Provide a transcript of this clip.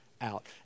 out